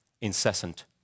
incessant